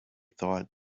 thought